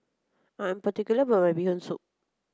I am particular about my bee hoon soup